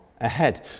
ahead